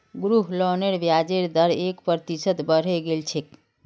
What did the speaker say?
गृह लोनेर ब्याजेर दर एक प्रतिशत बढ़े गेल छेक